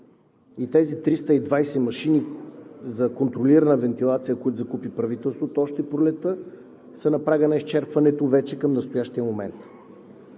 а тези 320 машини за контролирана вентилация, която закупи правителството още през пролетта, са на прага на изчерпването вече към настоящия момент.